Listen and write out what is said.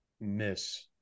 miss